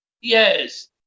Yes